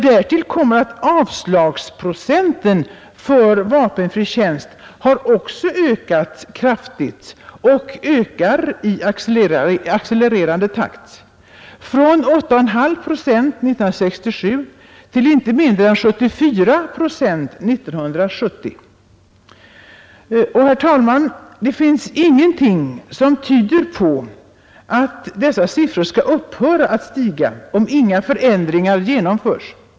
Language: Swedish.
Därtill kommer att avslagsprocenten för vapenfri tjänst också ökat kraftigt och ökar i accelererande takt: från 8,5 procent år 1967 till hela 74 procent år 1970. Och, herr talman, det finns ingenting som tyder på att dessa siffror skall upphöra att stiga om inga förändringar genomföres.